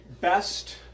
best